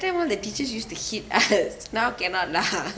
then one of the teachers used to hit us now cannot lah